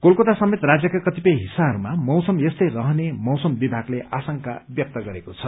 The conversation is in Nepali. कलकता समेत राज्यका कतिपय हिस्साहरूमा मौसम यस्तै रहने मौसम विभागले आशंका व्यक्त गरेको छ